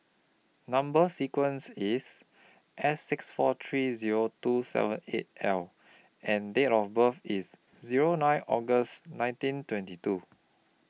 Number sequence IS S six four three Zero two seven eight L and Date of birth IS Zero nine August nineteen twenty two